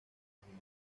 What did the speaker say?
región